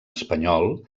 espanyol